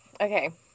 Okay